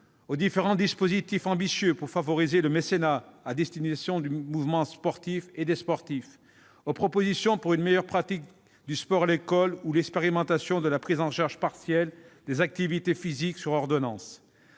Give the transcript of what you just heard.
aux différents dispositifs ambitieux visant à favoriser le mécénat à destination du mouvement sportif et des sportifs. Je pense enfin aux propositions pour une meilleure pratique du sport à l'école ou pour l'expérimentation de la prise en charge partielle des activités physiques prescrites par ordonnance.